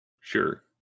sure